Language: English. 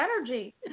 energy